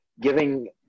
giving